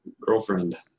girlfriend